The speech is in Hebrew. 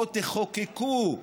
בואו תחוקקו,